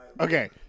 Okay